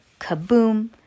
kaboom